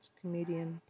comedian